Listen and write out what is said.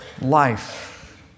life